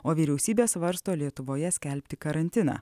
o vyriausybė svarsto lietuvoje skelbti karantiną